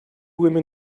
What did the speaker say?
women